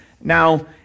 Now